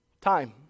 time